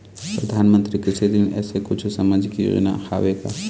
परधानमंतरी कृषि ऋण ऐसे कुछू सामाजिक योजना हावे का?